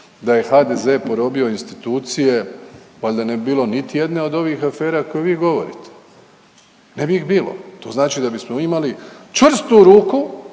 da je HDZ porobio institucije, valjda ne bi bilo niti jedne od ovih afera koje vi govorite. Ne bi ih bilo. To znači da bismo mi imali čvrstu ruku,